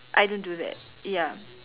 I don't do that ya